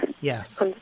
Yes